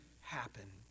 happen